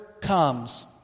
comes